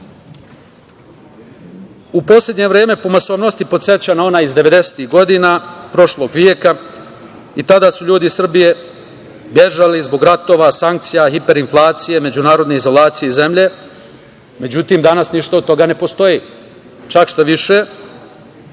U poslednje vreme po masovnosti podseća na ono iz devedesetih godina prošloga veka i tada su ljudi iz Srbije bežali zbog ratova, sankcija, hiperinflacije, međunarodne izolacije iz zemlje.Međutim, danas ništa od toga ne postoji, čak šta više,